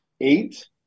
eight